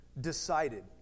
decided